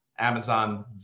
Amazon